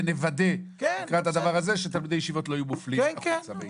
שנוודא לקראת הדבר הזה שתלמידי ישיבות לא יהיו מופלים בעניין.